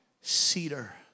cedar